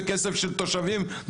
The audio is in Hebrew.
בכסף של תושבים,